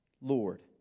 Lord